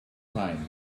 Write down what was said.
time